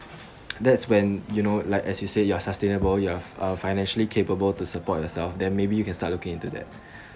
that's when you know like as you said you are sustainable you are uh financially capable to support yourself then maybe you can start looking into that